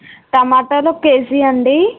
టమటలు ఒక కేజీ అండి